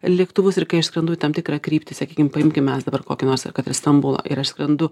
lėktuvus ir kai aš skrendu į tam tikrą kryptį sakykim paimkim mes dabar kokį nors ar kad ir stambulą ir aš skrendu